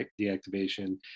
deactivation